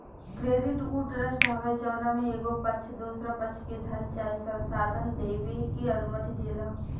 credit उ trust हवे जवना में एगो पक्ष दोसरा पक्ष के धन चाहे संसाधन देबे के अनुमति देला